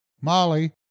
Molly